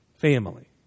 family